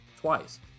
twice